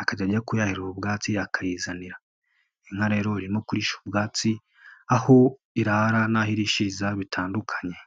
akajya ajya kuyahirrira ubwatsi akayizanira, inka rero irimo kurisha ubwatsi aho irara n'aho irishiriza bitandukanye.